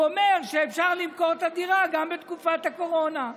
הוא אומר שאפשר למכור את הדירה גם בתקופת הקורונה.